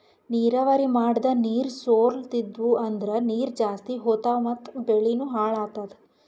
ನೀರಾವರಿ ಮಾಡದ್ ನೀರ್ ಸೊರ್ಲತಿದ್ವು ಅಂದ್ರ ನೀರ್ ಜಾಸ್ತಿ ಹೋತಾವ್ ಮತ್ ಬೆಳಿನೂ ಹಾಳಾತದ